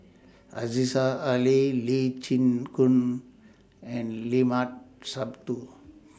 Aziza Ali Lee Chin Koon and Limat Sabtu